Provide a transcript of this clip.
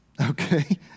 okay